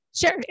Sure